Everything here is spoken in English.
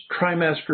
trimester